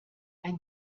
ein